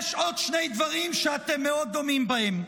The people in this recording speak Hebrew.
יש עוד שני דברים שאתם מאוד דומים בהם,